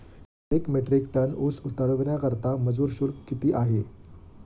एक metric ton ऊस उतरवण्याकरता मजूर शुल्क किती आहे?